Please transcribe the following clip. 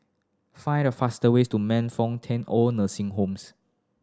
find the fastest way to Man Fut Tong Old Nursing Homes